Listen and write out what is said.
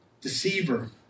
deceiver